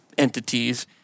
entities